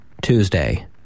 Tuesday